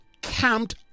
camped